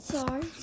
Sorry